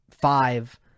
five